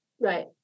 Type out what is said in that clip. Right